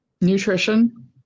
nutrition